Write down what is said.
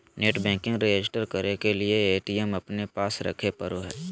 net banking register करे के लिए ए.टी.एम अपने पास रखे पड़ो हइ